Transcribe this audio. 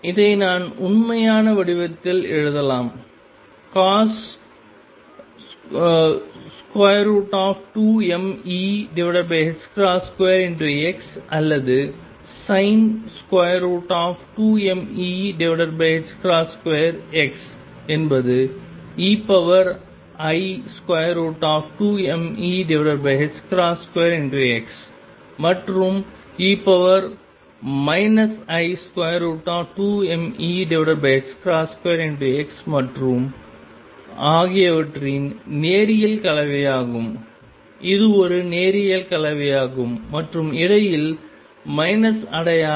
இதை நான் உண்மையான வடிவத்தில் எழுதலாம் cos 2mE2xஅல்லது sin 2mE2x என்பது ei2mE2x மற்றும் e i2mE2x மற்றும் மற்றும் ஆகியவற்றின் நேரியல் கலவையாகும் இது ஒரு நேரியல் கலவையாகும் மற்றும் இடையில் மைனஸ் அடையாளம்